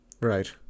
Right